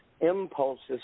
Impulses